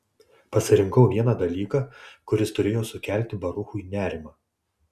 pasirinkau vieną dalyką kuris turėjo sukelti baruchui nerimą